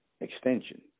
extension